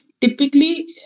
typically